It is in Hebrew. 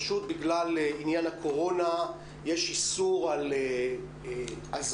פשוט בגלל עניין הקורונה יש איסור על הזמנת